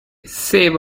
save